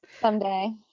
Someday